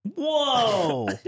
whoa